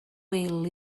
wil